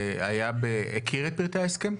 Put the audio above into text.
הכיר את ההסכם,